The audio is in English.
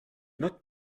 not